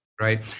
right